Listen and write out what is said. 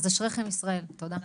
אז אשריכם ישראל, תודה.